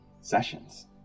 sessions